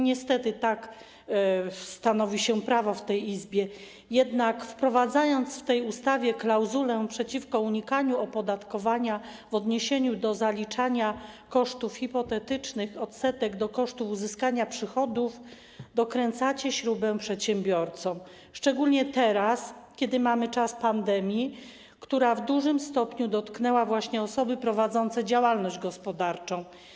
Niestety tak stanowi się prawo w tej Izbie, jednak wprowadzając tą ustawą klauzulę przeciwko unikaniu opodatkowania w odniesieniu do zaliczania kosztów hipotetycznych odsetek do kosztów uzyskania przychodów, dokręcacie śrubę przedsiębiorcom, szczególnie teraz, kiedy mamy czas pandemii, która w dużym stopniu dotknęła właśnie osoby prowadzące działalność gospodarczą.